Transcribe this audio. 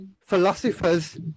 Philosophers